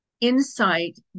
insight